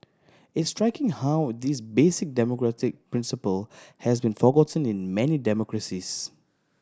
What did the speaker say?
it's striking how this basic democratic principle has been forgotten in many democracies